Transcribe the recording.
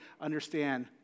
understand